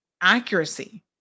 accuracy